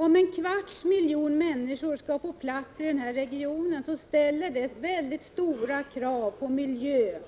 Om en kvarts miljon människor skall få plats i regionen ställer det stora krav på miljö,